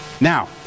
Now